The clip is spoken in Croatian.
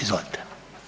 Izvolite.